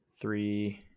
three